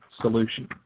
solution